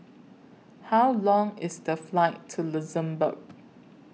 How Long IS The Flight to Luxembourg